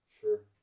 Sure